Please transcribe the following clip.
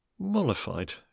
mollified